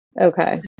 Okay